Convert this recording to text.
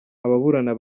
ababurana